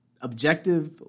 objective